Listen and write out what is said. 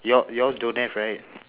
your your don't have right